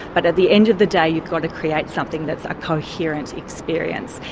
but at the end of the day you've got to create something that's a coherent experience.